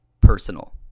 Personal